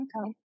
Okay